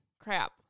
crap